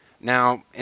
Now